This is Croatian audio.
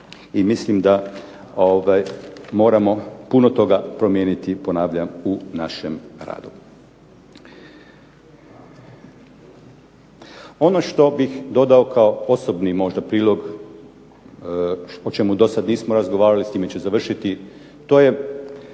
i mislim da moramo puno toga promijeniti u našem radu. Ono što bih dodao kao osobni prilog o čemu do sada nismo razgovarali, s time ću završiti, to je,